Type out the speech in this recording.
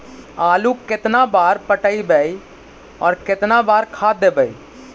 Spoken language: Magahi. आलू केतना बार पटइबै और केतना बार खाद देबै?